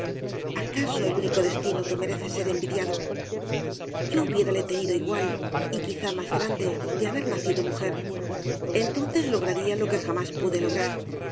acaso el único destino que merece ser envidiado yo hubiéobras devalle inclan rale tenido igual y quizá más grande de haber nacido mujer entonces lograría lo que jamás pude lograr